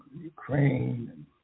Ukraine